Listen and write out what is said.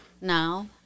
now